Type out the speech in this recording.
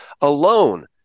alone